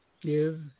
give